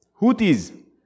Houthis